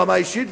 ברמה האישית,